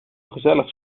gezellig